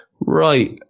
Right